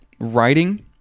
writing